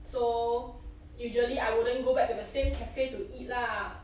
so usually I wouldn't go back to the same cafe to eat lah